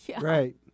Right